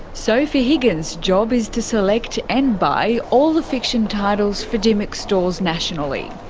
sophie higgins' job is to select and buy all the fiction titles for dymocks' stores nationally.